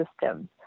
systems